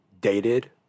dated